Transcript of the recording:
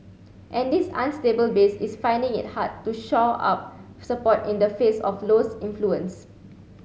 and this unstable base is finding it hard to shore up support in the face of Low's influence